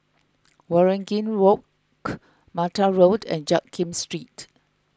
Waringin Walk Mattar Road and Jiak Kim Street